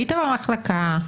היית במחלקה,